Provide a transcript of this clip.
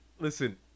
listen